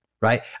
right